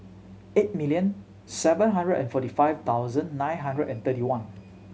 eight million seven hundred and forty five thousand nine hundred and thirty one